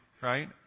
right